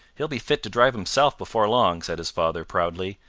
he'll be fit to drive himself before long, said his father, proudly.